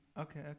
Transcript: Okay